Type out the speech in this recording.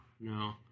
No